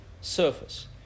surface